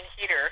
heater